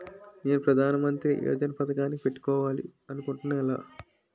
నేను ప్రధానమంత్రి యోజన పథకానికి పెట్టుకోవాలి అనుకుంటున్నా ఎలా?